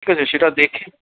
ঠিক আছে সেটা দেখে